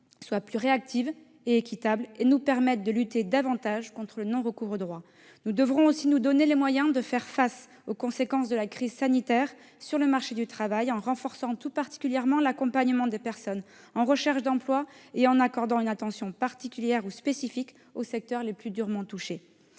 soient plus réactives et équitables et qu'elles permettent de lutter davantage contre le non-recours aux droits. Nous devrons aussi nous donner les moyens de faire face aux conséquences de la crise sanitaire sur le marché du travail en renforçant tout particulièrement l'accompagnement des personnes en recherche d'emploi et en accordant une attention spécifique aux secteurs les plus durement touchés.